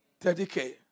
30k